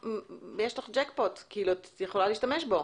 יש לך ג'קפוט, את יכולה להשתמש בו.